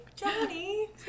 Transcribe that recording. Johnny